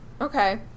Okay